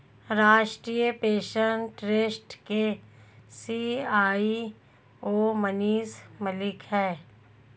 राष्ट्रीय pension trust के CEO Manish Malik है